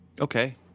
Okay